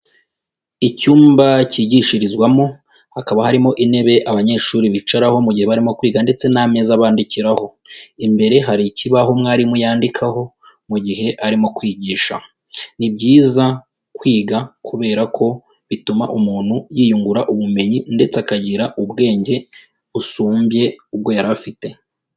Icyumba cyigishirizwamo, hakaba harimo intebe abanyeshuri bicaraho mu gihe barimo kwiga ndetse n'ameza bandikiraho. Imbere hari ikibaho umwarimu yandikaho mu gihe arimo kwigisha. Ni byiza kwiga kubera ko bituma umuntu yiyungura ubumenyi ndetse akagira ubwenge busumbye ubwo yari afite.